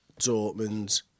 Dortmund